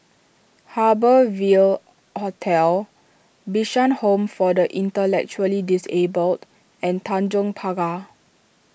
Harbour Ville Hotel Bishan Home for the Intellectually Disabled and Tanjong Pagar